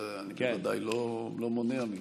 את זה בוודאי אני לא מונע ממך.